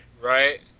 Right